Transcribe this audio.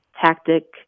tactic